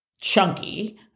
chunky